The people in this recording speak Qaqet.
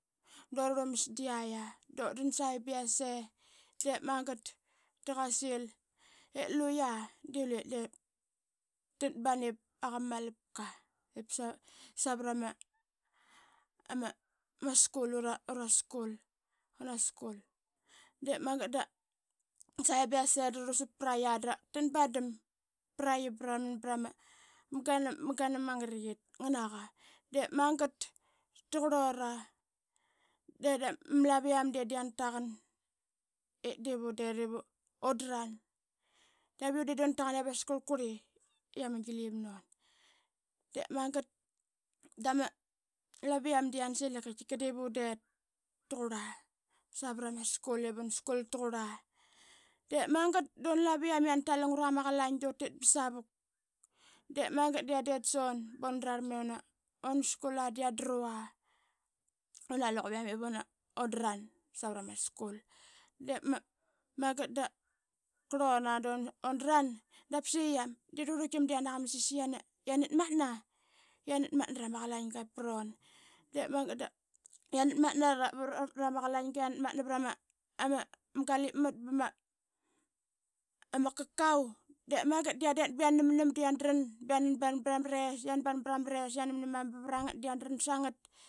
Dura rlumas da qiait a dut dan saqi ba yase. De magat da qa sil i luya de luqip tan ban iva qa ma malapka ip savat ura school. De magat da dut dan saqia ba yase dra rlusap praqi dran ban dam praqi braman prama ganam ama ngariqit ngana qa. De magat da qurlura de da malaviam yana taqan ip askarl kurli i ama gilim nun. Dep un de duna taqan ip divun det ivunaran. Dep magat da qaitkika ma laviam yansil ip undet taqurla savrama school ivan skul taqurla. Diip magat duna laiviam yana tal lungra ma qalain dutit ba savuk de magat da yan det sun bunral ma i una skula da yan dru vuna luquviam ivuna dran savat ama skul. De magat da qurluna dundran dap saqi yamde rluirluitam da yana qamas i saqi yanat matna rama qaliang ip pron. Dep magat da. yanat matna rama qalinga i yanat manta vrama galip mat. ba ma kakau de magat da yandet ba yanam nam da ya dran ba yanan ban prama res. yan ban brama res i yanamnama ba yanan ban prama res. yan ban vrangat da yan dran sangat.